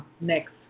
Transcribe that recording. next